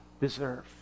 deserve